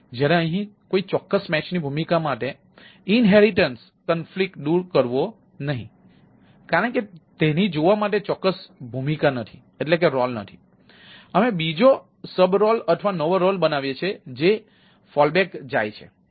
તેથી કોન્ફ્લિક્ટ દૂર થયા પછી અમે સહયોગી જાય છે